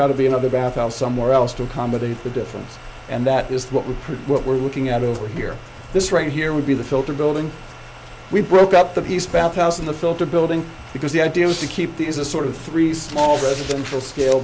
got to be another path out somewhere else to accommodate the difference and that is what we are what we're looking at over here this right here would be the filter building we broke up the peace bath house in the filter building because the idea was to keep these a sort of three small residential scale